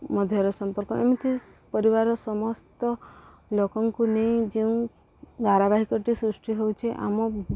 ମଧ୍ୟରେ ସମ୍ପର୍କ ଏମିତି ପରିବାର ସମସ୍ତ ଲୋକଙ୍କୁ ନେଇ ଯେଉଁ ଧାରାବାହିକଟି ସୃଷ୍ଟି ହେଉଛିି ଆମ